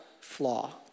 flaw